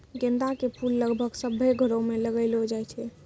गेंदा के फूल लगभग सभ्भे घरो मे लगैलो जाय छै